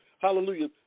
Hallelujah